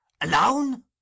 Alone